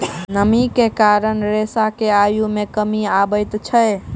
नमी के कारण रेशा के आयु मे कमी अबैत अछि